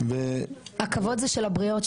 הכבוד זה של הבריאות,